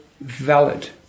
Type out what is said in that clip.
valid